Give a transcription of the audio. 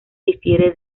difiere